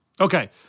Okay